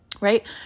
right